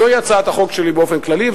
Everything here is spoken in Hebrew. זוהי הצעת החוק שלי באופן כללי,